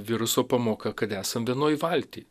viruso pamoka kad esam vienoj valty